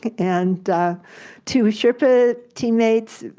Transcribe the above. and two sherpa teammates.